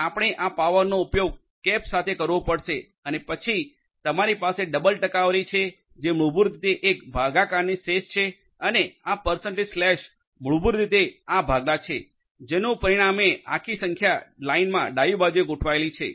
તેથી આપણે આ પાવરનો ઉપયોગ કેપ સાથે કરવો પડશે પછી તમારી પાસે ડબલ ટકાવારી છે જે મૂળભૂત રીતે એક ભાગાકારની શેષ છે અને આ પર્સન્ટેજ સ્લેશ મૂળભૂત રીતે આ ભાગલા છે જેનું પરિણામે આખી સંખ્યા લાઇનમાં ડાબી બાજુ ગોઠવાયેલી છે